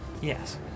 Yes